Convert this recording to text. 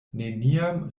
neniam